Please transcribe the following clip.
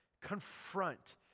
confront